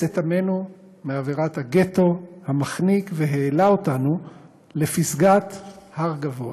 את עמנו מאווירת הגטו המחניק והעלה אותנו לפסגת הר גבוה.